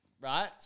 right